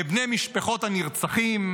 בבני משפחות הנרצחים,